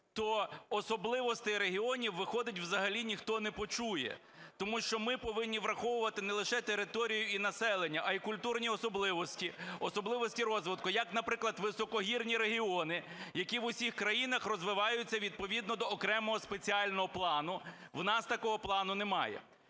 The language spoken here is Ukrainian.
то особливостей регіонів виходить взагалі ніхто не почує. Тому що ми повинні враховувати не лише територію і населення, а й культурні особливості, особливості розвитку. Як, наприклад, високогірні регіони, які в усіх країнах розвиваються відповідно до окремого спеціального плану. У нас такого плану немає.